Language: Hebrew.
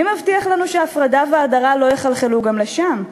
מי מבטיח לנו שההפרדה וההדרה לא יחלחלו גם לשם?